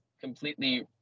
completely